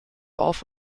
auf